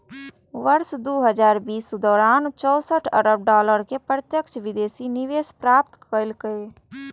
वर्ष दू हजार बीसक दौरान भारत चौंसठ अरब डॉलर के प्रत्यक्ष विदेशी निवेश प्राप्त केलकै